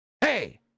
hey